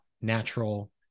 natural